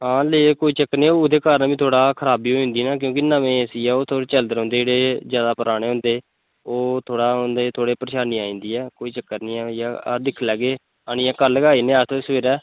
आं कोई चक्कर निं ऐ ओह्दे कारण बी तोह् खराबी होई जंदी क्योंकी नमें ए सी जेह्ड़े चलदे रौंह्दे जैदा परानें होंदे ओह् थोड़ा होंदे उंदे च थोड़ा परेशानी आई जंदी ऐ कोई चक्कर निं ऐ भेइया अस दिख लैगे आनियै कल गै आई जन्नें आं अस सवेरै